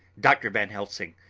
dr. van helsing,